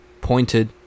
pointed